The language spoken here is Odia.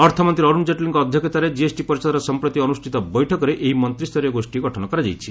ଅର୍ଥମନ୍ତ୍ରୀ ଅରୁଣ କେଟ୍ଲୀଙ୍କ ଅଧ୍ୟକ୍ଷତାରେ ଜିଏସ୍ଟି ପରିଷଦର ସଂପ୍ରତି ଅନୁଷ୍ଠିତ ବୈଠକରେ ଏହି ମନ୍ତ୍ରୀୟ ଗୋଷ୍ଠୀ ଗଠନ କରାଯାଇଛି